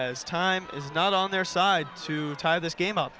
as time is not on their side to tie this game up